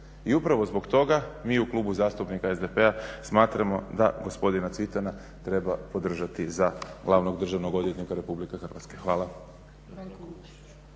I upravo zbog toga mi u Klubu zastupnika SDP-a smatramo da gospodina Cvitana treba podržati za glavnog državnog odvjetnika RH. Hvala.